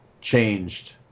changed